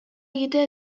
egitea